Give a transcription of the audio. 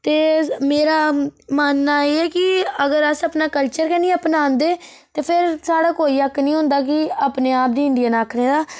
ते मेरा मानना एह् ऐ कि अगर अस अपना कल्चर के नी अपनांदे ते फिर स्हाड़ा कोई हक्क नी होंदा कि अपने आप गी इंडियन आखने दा